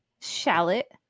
shallot